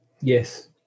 Yes